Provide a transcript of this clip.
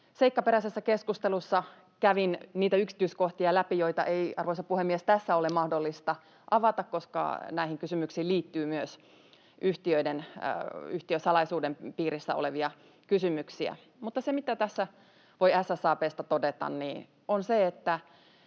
seikkaperäisessä keskustelussa kävin niitä yksityiskohtia läpi, joita ei, arvoisa puhemies, tässä ole mahdollista avata, koska näihin kysymyksiin liittyy myös yhtiösalaisuuden piirissä olevia kysymyksiä. Mutta se, mitä tässä voi SSAB:sta todeta, on se, että